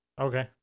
Okay